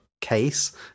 case